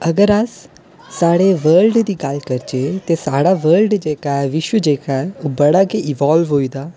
अगर अस सारे वलर्ड दी गल्ल करचै ते साढ़ा वलर्ड जेह्का ए च विश्व जेह्का ऐ ओह् बड़ा गै इवाल्व होई दा